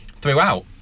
throughout